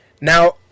Now